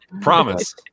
Promise